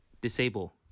Disable